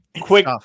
quick